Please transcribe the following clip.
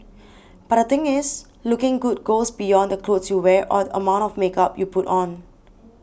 but the thing is looking good goes beyond the clothes you wear or the amount of makeup you put on